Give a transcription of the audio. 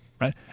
right